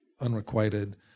unrequited